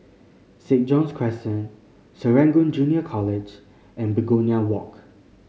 St John's Crescent Serangoon Junior College and Begonia Walk